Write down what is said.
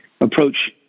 approach